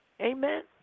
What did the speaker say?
Amen